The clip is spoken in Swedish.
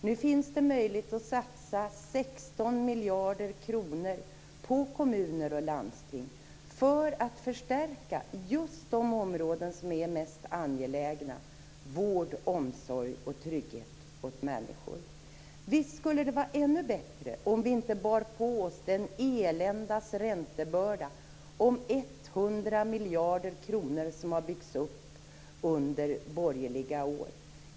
Nu finns det möjlighet att satsa 16 miljarder kronor på kommuner och landsting för att förstärka just de områden som är mest angelägna, nämligen vård, omsorg och trygghet åt människor. Visst skulle det vara ännu bättre om vi inte bar på oss den eländiga räntebörda om 100 miljarder kronor som har byggts upp under borgerliga år.